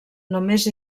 només